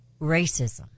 racism